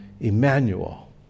Emmanuel